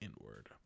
inward